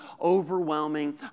overwhelming